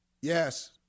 Yes